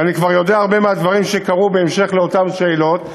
ואני כבר יודע הרבה מהדברים שקרו בהמשך לאותן שאלות,